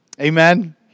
Amen